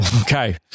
Okay